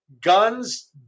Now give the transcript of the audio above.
guns